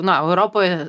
na europoj